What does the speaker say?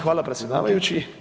Hvala predsjedavajući.